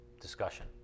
discussion